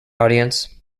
audience